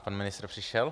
Pan ministr přišel.